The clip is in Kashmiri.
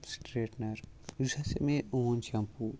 سٹریٹنَر یُس ہسا مےٚ یہِ اوٚن شیٚمپوٗ